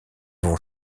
vont